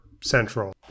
central